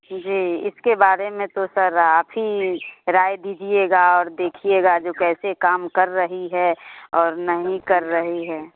जी इसके बारे में तो सर आप ही राय दीजिएगा और देखिएगा जो कैसे काम कर रही है और नहीं कर रही है